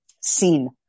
seen